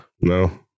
No